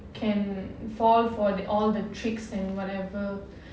can fall for the all the tricks and whatever